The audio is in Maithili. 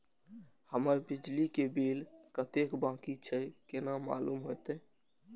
हमर बिजली के बिल कतेक बाकी छे केना मालूम होते?